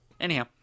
Anyhow